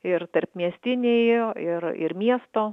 ir tarpmiestinėj ir ir miesto